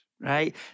right